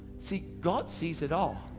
see, god sees it all.